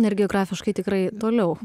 na ir geografiškai tikrai toliau